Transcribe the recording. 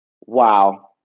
Wow